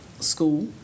school